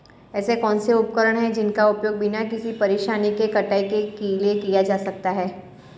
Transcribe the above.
ऐसे कौनसे उपकरण हैं जिनका उपयोग बिना किसी परेशानी के कटाई के लिए किया जा सकता है?